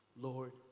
Lord